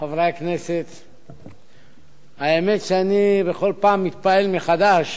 חברי הכנסת, האמת, שבכל פעם אני מתפעל מחדש